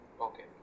Okay